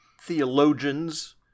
Theologians